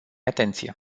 atenție